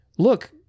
look